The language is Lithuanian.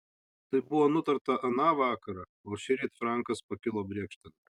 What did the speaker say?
tai buvo nutarta aną vakarą o šįryt frankas pakilo brėkštant